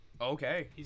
Okay